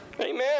Amen